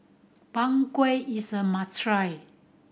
Png Kueh is a must try